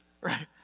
Right